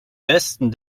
besten